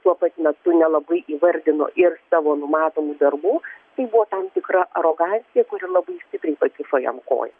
tuo pat metu nelabai įvardino ir savo numatomų darbų tai buvo tam tikra arogancija kuri labai stipriai pakišo jam koją